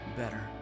better